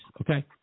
Okay